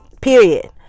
period